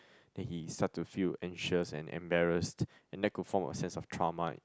then he start to feel anxious and embarrassed and that could form a sense of trauma